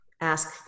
ask